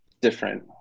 different